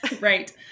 Right